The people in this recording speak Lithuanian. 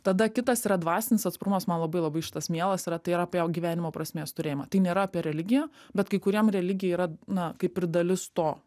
tada kitas yra dvasinis atsparumas man labai labai šitas mielas yra tai yra apie gyvenimo prasmės turėjimą tai nėra apie religiją bet kaikuriem religija yra na kaip ir dalis to